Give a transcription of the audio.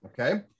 Okay